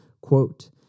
Quote